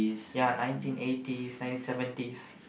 ya nineteen eighties nineteen seventies